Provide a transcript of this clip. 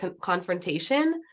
confrontation